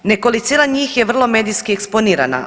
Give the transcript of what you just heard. Nekolicina njih je vrlo medijski eksponirana.